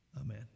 amen